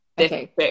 Okay